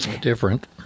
different